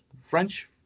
French